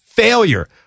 failure